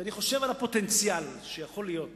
כשאני חושב על הפוטנציאל שיכול להיות